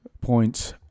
points